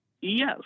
Yes